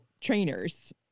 trainers